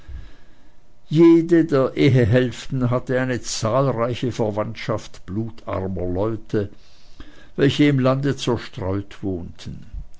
jede der ehehälften hatte eine zahlreiche verwandtschaft blutarmer leute welche im lande zerstreut wohnten